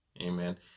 Amen